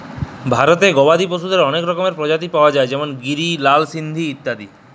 ভারতে গবাদি পশুদের অলেক রকমের প্রজাতি পায়া যায় যেমল গিরি, লাল সিন্ধি ইত্যাদি